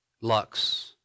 Lux